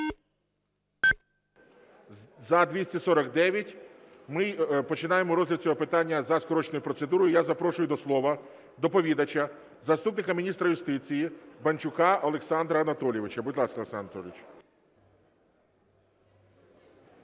За-249 Ми починаємо розгляд цього питання за скороченою процедурою. Я запрошую до слова доповідача заступника міністра юстиції Банчука Олександра Анатолійовича. Будь ласка, Олександр Анатолійович.